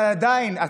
אבל עדיין,